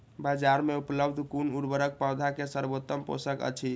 बाजार में उपलब्ध कुन उर्वरक पौधा के सर्वोत्तम पोषक अछि?